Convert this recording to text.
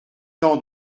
tant